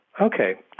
Okay